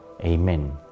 Amen